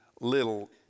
little